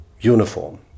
uniform